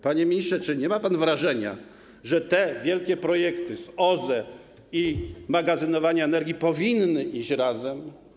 Panie ministrze, czy nie ma pan wrażenia, że te wielkie projekty dotyczące OZE i magazynowania energii powinny iść razem?